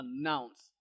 announce